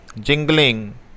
jingling